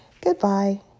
Goodbye